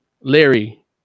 Larry